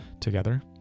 together